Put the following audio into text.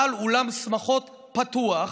בעל אולם שמחות פתוח,